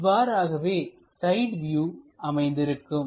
இவ்வாறாகவே side view அமைந்திருக்கும்